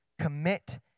commit